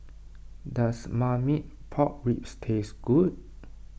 does Marmite Pork Ribs taste good